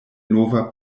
nova